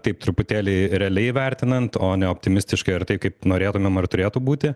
taip truputėlį realiai vertinant o ne optimistiškai ar tai kaip norėtumėm ar turėtų būti